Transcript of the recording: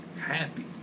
happy